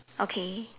okay